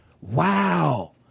Wow